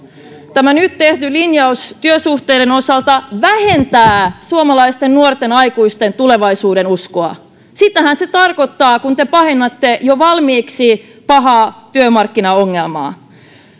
tämä nyt tehty linjaus työsuhteiden osalta vähentää suomalaisten nuorten aikuisten tulevaisuudenuskoa sitähän se tarkoittaa kun te pahennatte jo valmiiksi pahaa työmarkkinaongelmaa